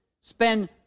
spend